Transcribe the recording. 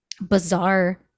bizarre